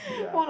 yeah